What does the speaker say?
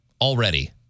already